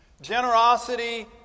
Generosity